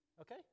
Okay